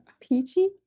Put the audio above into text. peachy